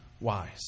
wise